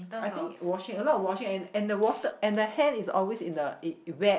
I think washing a lot of washing and and the water and the hand is always in the wet